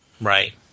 Right